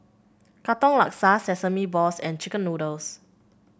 Katong Laksa Sesame Balls and chicken noodles